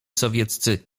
sowieccy